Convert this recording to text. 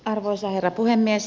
arvoisa herra puhemies